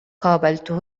قابلته